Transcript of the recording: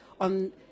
on